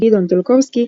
גדעון טולקובסקי,